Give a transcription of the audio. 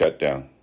shutdown